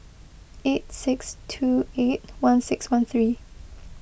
eight six two eight one six one three